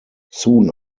soon